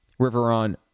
Riveron